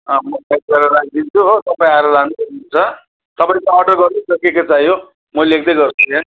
अँ म प्याक गरेर राखिदिन्छु हो तपाईँ आएर लानु सक्नुहुन्छ तपाईँको अर्डर गर्नुहोस् न के के चाहियो म लेख्दैगर्छु यहाँ